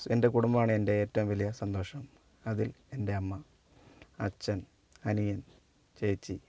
എൻ്റെ കുടുംബമാണ് എൻ്റെ ഏറ്റവും വലിയ സന്തോഷം അതിൽ എൻ്റെ അമ്മ അച്ഛൻ അനിയൻ ചേച്ചി